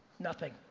nothing.